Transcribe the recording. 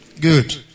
Good